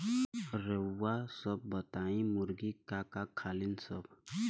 रउआ सभ बताई मुर्गी का का खालीन सब?